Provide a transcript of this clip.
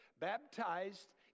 Baptized